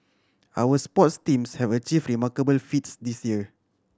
our sports teams have achieve remarkable feats this year